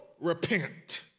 Repent